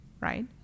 right